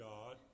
God